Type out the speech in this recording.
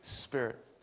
spirit